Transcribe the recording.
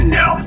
no